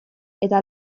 eta